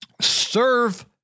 serve